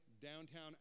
downtown